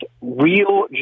real